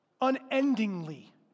Unendingly